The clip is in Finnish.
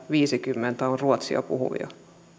viisikymmentä on ruotsia puhuvia